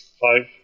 five